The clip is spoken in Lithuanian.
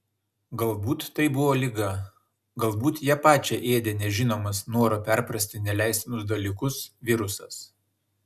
galbūt tai buvo liga galbūt ją pačią ėdė nežinomas noro perprasti neleistinus dalykus virusas